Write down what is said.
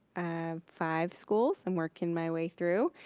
ah five schools, i'm working my way through.